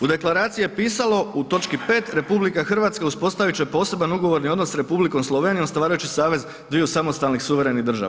U Deklaraciji je pisalo u točki 5. RH uspostaviti će poseban ugovorni odnos sa Republikom Slovenijom stvarajući savez dviju samostalnih suverenih država.